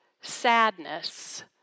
sadness